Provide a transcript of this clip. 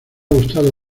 gustado